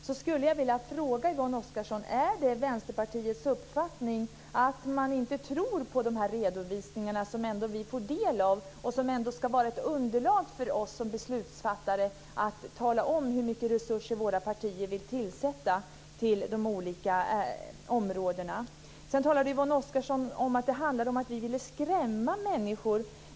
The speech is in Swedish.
Jag skulle vilja fråga Yvonne Oscarsson: Tror Vänsterpartiet inte på de redovisningar som vi får del av och som ska vara ett underlag för oss som beslutsfattare när vi talar om hur mycket resurser våra partier vill avsätta till de olika områdena? Yvonne Oscarsson talade vidare om att vi vill skrämma människor.